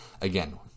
Again